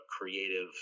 creative